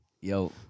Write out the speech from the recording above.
Yo